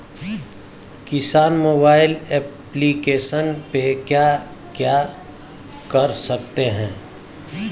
किसान mobile application पे क्या क्या कर सकते हैं?